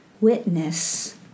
witness